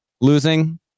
losing